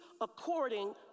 according